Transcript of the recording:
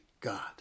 God